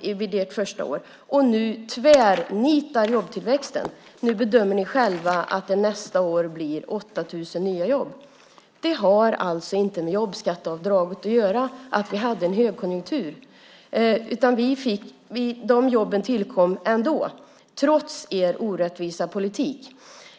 under ert första år. Och nu tvärnitar jobbtillväxten. Nu bedömer ni själva att det nästa år blir 8 000 nya jobb. Att vi hade en högkonjunktur har alltså inte med jobbskatteavdraget att göra, utan dessa jobb tillkom trots er orättvisa politik.